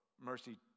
mercy